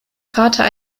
vater